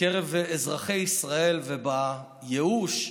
בקרב אזרחי ישראל, ובייאוש,